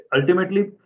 Ultimately